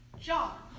John